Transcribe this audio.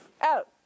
Out